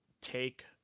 take